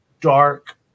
dark